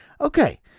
okay